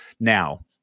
Now